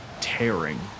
tearing